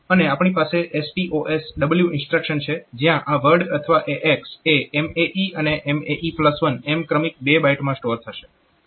અને આપણી પાસે STOSW ઇન્સ્ટ્રક્શન છે જ્યાં આ વર્ડ અથવા AX એ MAE અને MAE1 એમ ક્રમિક બે બાઈટમાં સ્ટોર થશે